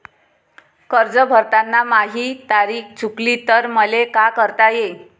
कर्ज भरताना माही तारीख चुकली तर मले का करता येईन?